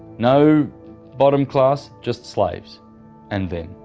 no bottom class, just slaves and them.